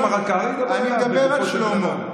לא משפחת קרעי, דבר לגופו של בן אדם.